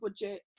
budget